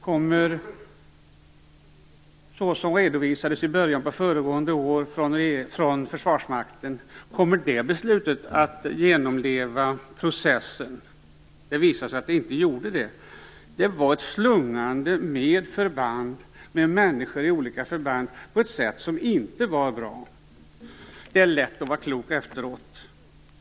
Kommer det beslut som Försvarsmakten redovisade i början av föregående år att genomleva processen? Det visade sig att det inte gjorde det. Det slungades med förband, med människor i olika förband, på ett sätt som inte var bra. Det är lätt att vara klok efteråt.